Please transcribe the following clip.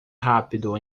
rápido